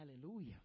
Hallelujah